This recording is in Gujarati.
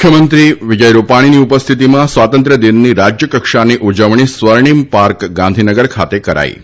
મુખ્યમંત્રી વિજય રૂપાણીની ઉપસ્થિતિમાં સ્વાતંત્ર્યદિનની રાજ્યકક્ષાની ઉજવણી સ્વર્ણિમપાર્ક ગાંધીનગર ખાતે કરાઇ હતી